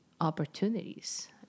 opportunities